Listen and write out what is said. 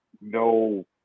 no